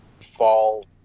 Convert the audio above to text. fall